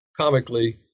comically